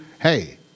hey